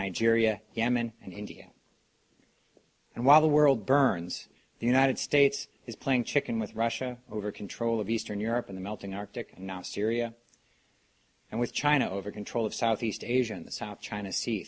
nigeria yemen and india and while the world burns the united states is playing chicken with russia over control of eastern europe in the melting arctic and now syria and with china over control of southeast asia in the south china se